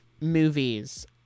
movies